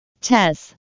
Tess